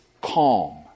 Calm